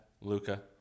Luca